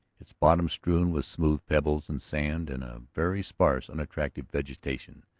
its bottom strewn with smooth pebbles and sand and a very sparse, unattractive vegetation,